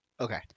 Okay